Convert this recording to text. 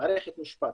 מערכת משפט,